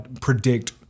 predict